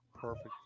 Perfect